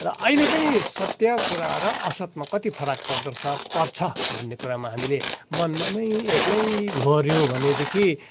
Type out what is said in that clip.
र अहिले पनि सत्य कुरा र असतमा कति फरक पर्दो रहेछ पर्छ भन्ने कुरामा हामीले मनमनै एक्लै घोरियौँ भनेदेखि